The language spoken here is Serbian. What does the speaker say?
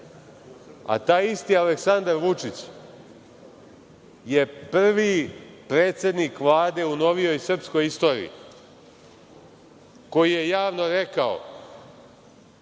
a taj isti Aleksandar Vučić je prvi predsednik Vlade u novijoj srpskoj istoriji koji je javno rekao